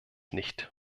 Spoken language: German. nicht